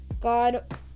God